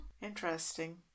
Interesting